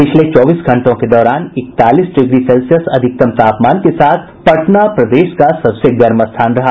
पिछले चौबीस घंटों के दौरान इकतालीस डिग्री सेल्सियस अधिकतम तापमान के साथ पटना प्रदेश का सबसे गर्म स्थान रहा